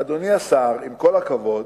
אדוני השר, עם כל הכבוד,